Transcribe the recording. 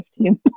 15